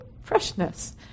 Freshness